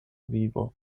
vivo